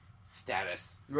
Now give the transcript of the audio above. status